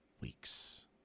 weeks